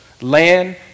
Land